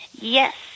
Yes